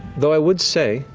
though i would say,